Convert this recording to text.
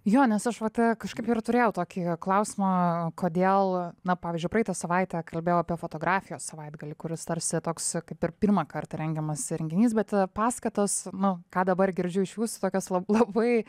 jo nes aš vat kažkaip ir turėjau tokį klausimą kodėl na pavyzdžiui praeitą savaitę kalbėjau apie fotografijos savaitgalį kuris tarsi toks kaip ir pirmąkart rengiamas renginys bet paskatos nu ką dabar girdžiu iš jūsų tokios labai